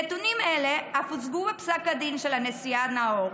נתונים אלה אף הוצגו בפסק הדין של הנשיאה נאור,